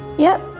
yep.